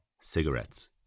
cigarettes